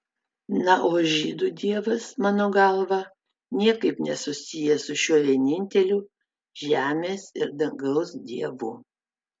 na o žydų dievas mano galva niekaip nesusijęs su šiuo vieninteliu žemės ir dangaus dievu